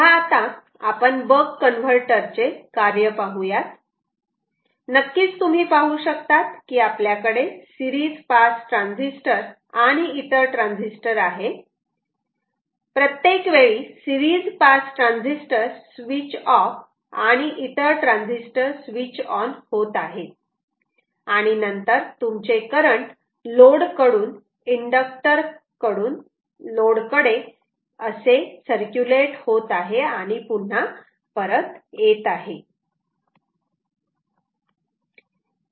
तेव्हा आता आपण बक कन्वर्टर चे कार्य पाहुयात नक्कीच तुम्ही पाहू शकतात की आपल्याकडे सिरीज पास ट्रांजिस्टर आणि इतर ट्रान्झिस्टर आहे प्रत्येक वेळी series pass transistor switch off आणि इतर ट्रांजिस्टर स्वीच ऑन होत आहेत आणि नंतर तुमचे करंट लोड कडून इंडक्टर कडून लोड कडे सर्क्युलेट्स होत आहे आणि पुन्हा परत येत आहे